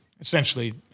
essentially